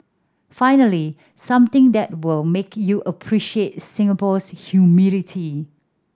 finally something that will make you appreciate Singapore's humidity